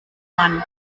mann